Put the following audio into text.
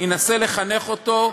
ינסה לחנך אותו,